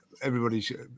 everybody's